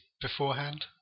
beforehand